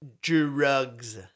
Drugs